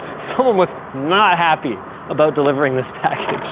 someone was not happy about delivering this package.